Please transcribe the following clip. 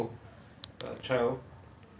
you know kingdom and who was a noble